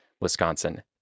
Wisconsin